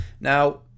now